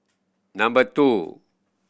number two